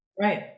Right